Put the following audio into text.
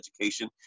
education